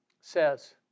says